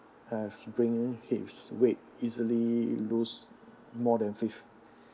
has spring his weight easily lose more than fifth